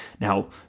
Now